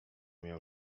miał